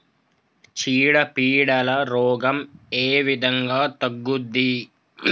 చీడ పీడల రోగం ఏ విధంగా తగ్గుద్ది?